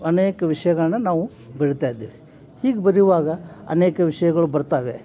ಅನೇಕ ವಿಷಯಗಳನ್ನ ನಾವು ಬರಿತಾ ಇದ್ದೇವೆ ಹೀಗೆ ಬರೆಯುವಾಗ ಅನೇಕ ವಿಷಯಗಳು ಬರ್ತವೆ